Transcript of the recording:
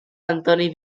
antoni